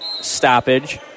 stoppage